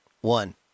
One